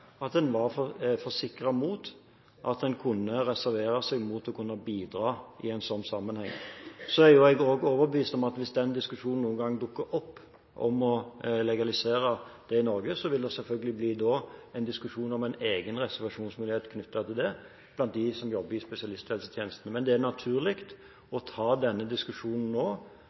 at en kan reservere seg mot å bidra i en sånn sammenheng. Så er jeg også overbevist om at hvis diskusjonen noen gang dukker opp om å legalisere det i Norge, vil det selvfølgelig da bli en diskusjon om en egen reservasjonsmulighet knyttet til det blant dem som jobber i spesialisthelsetjenesten. Men det er naturlig å ta denne diskusjonen nå